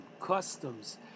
customs